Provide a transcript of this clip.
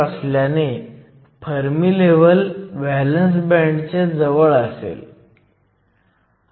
p बाजू वर acceptor concentration जास्त आहे 2 x 1017 आहे